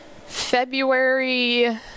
February